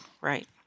right